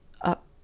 up